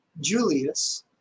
Julius